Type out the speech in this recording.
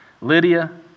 Lydia